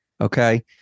okay